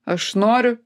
aš noriu